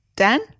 Dan